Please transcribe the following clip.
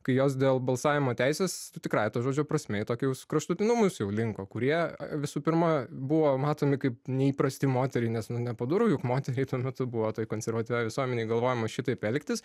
kai jos dėl balsavimo teisės tikrąja to žodžio prasme į tokius kraštutinumus jau linko kurie visų pirma buvo matomi kaip neįprasti moteriai nes nepadoru juk moteriai tuo metu buvo toj konservatyvioj visuomenėj galvojama šitaip elgtis